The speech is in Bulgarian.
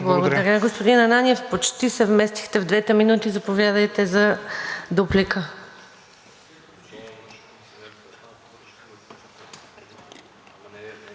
Благодаря, господин Ананиев. Почти се вместихте в двете минути. Заповядайте за дуплика.